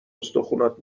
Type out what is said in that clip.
استخونات